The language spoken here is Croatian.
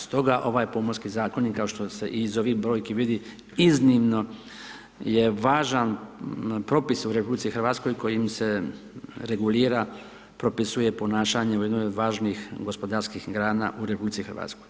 Stoga ovaj pomorski zakon, kao što se iz ovih brojki vidi iznimno je važan propisno u RH, kojim se regulira propisuje ponašanje u jednoj od važnih gospodarskih grana u RH.